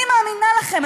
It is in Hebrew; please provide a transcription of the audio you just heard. אני מאמינה לכם,